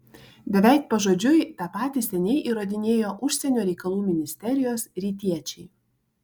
beveik pažodžiui tą patį seniai įrodinėjo užsienio reikalų ministerijos rytiečiai